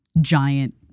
giant